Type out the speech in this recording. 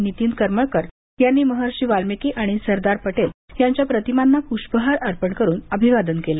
नितीन करमळकर यांनी महर्षी वाल्मिकी आणि सरदार पटेल यांच्या प्रतिमांना पृष्पहार अर्पण करून अभिवादन केलं